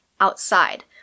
outside